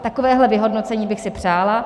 Takovéhle vyhodnocení bych si přála.